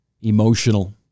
emotional